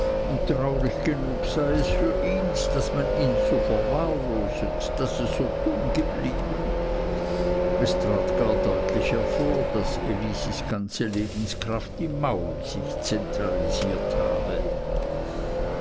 traurig genug sei es für ihns daß man ihns so verwahrloset daß es so dumm geblieben es trat gar deutlich hervor daß elisis ganze lebenskraft im maul sich zentralisiert habe